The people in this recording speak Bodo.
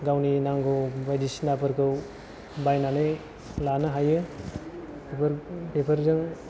गावनि नांगौ बायदिसिना फोरखौ बायनानै लानो हायो बेफोर बेफोरजों